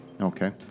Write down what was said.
Okay